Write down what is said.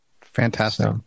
Fantastic